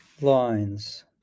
lines